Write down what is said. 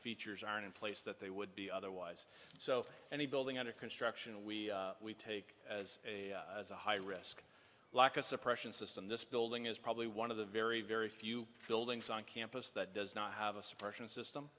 features are in place that they would be otherwise so any building under construction we we take as a as a high risk lack of suppression system this building is probably one of the very very few buildings on campus that does not have a s